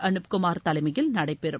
அனுப் குமார் தலைமையில் நடைபெறும்